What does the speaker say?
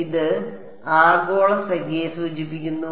ഇത് ആഗോള സംഖ്യയെ സൂചിപ്പിക്കുന്നു